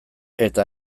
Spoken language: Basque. eta